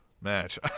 match